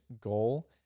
goal